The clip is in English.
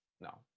no